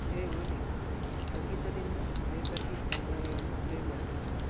ಹೇ ಓಲಿ ಸಂಗೀತದಿಂದ ಪ್ಲೇ ಪಟ್ಟಿ ತಂತ್ರಗಳನ್ನು ಪ್ಲೇ ಮಾಡಿ